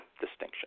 distinction